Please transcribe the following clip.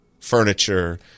furniture